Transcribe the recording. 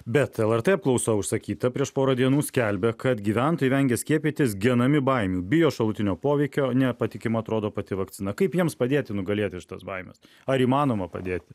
bet lrt apklausa užsakyta prieš porą dienų skelbia kad gyventojai vengia skiepytis genami baimių bijo šalutinio poveikio nepatikima atrodo pati vakcina kaip jiems padėti nugalėti šitas baimes ar įmanoma padėti